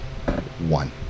One